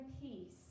peace